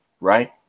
Right